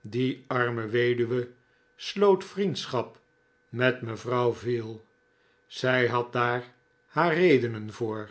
die arme weduwe sloot vriendschap met mevrouw veal zij had daar haar redenen voor